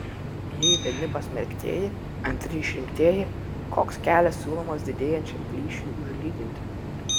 jei vieni pasmerktieji antri išrinktieji koks kelias siūlomas didėjančiam plyšiui užlyginti